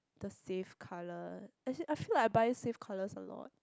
the safe colour as in I feel like I buy safe colours a lot